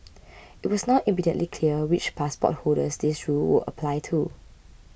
it was not immediately clear which passport holders this rule would apply to